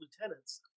lieutenants